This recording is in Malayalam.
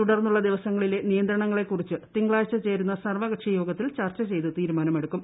തുടർന്നുള്ള ദിവസങ്ങളിലെ നിയന്ത്രണങ്ങളെ കുറിച്ച് തിങ്കളാഴ്ച ചേരുന്ന സർവ്വകക്ഷി യോഗത്തിൽ ചർച്ച ചെയ്ത് തീരുമാനമെടുക്കും